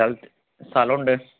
സ്ഥലം ഉണ്ട്